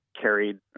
carried